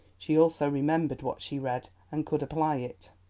she also remembered what she read and could apply it.